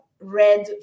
red